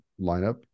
lineup